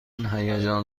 هیجان